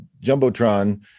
Jumbotron